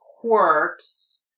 quirks